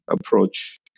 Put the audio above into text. approach